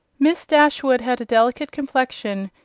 miss dashwood had a delicate complexion,